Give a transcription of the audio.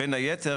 בין היתר,